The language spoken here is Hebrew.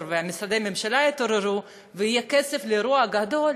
ומשרדי הממשלה יתעוררו ויהיה כסף לאירוע גדול,